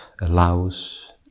allows